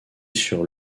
sur